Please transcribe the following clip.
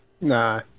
Nah